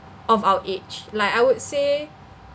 of our age like I would say